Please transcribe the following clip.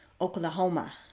Oklahoma